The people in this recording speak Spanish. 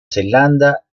zelanda